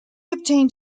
obtained